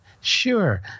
Sure